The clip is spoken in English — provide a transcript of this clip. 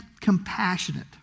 Compassionate